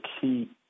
key